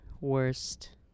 worst